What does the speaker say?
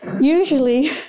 usually